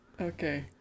Okay